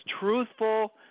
truthful